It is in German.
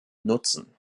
nutzen